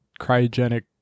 cryogenic